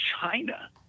China